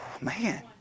man